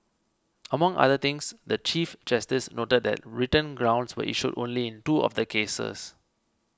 among other things the Chief Justice noted that written grounds were issued only in two of the cases